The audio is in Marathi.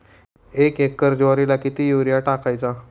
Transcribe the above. एक एकर ज्वारीला किती युरिया टाकायचा?